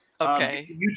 Okay